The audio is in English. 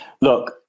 look